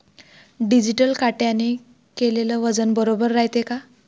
Digital काट्याने केलेल वजन बरोबर रायते का?